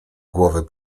głowy